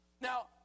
Now